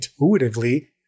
intuitively